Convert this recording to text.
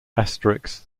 asterix